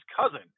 cousin